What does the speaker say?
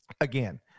Again